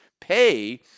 pay